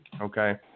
Okay